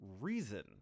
reason